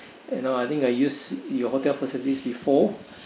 you know I think I use your hotel facilities before